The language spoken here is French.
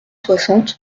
soixante